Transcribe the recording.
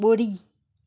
बु॒ड़ी